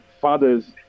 fathers